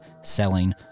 selling